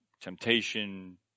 temptation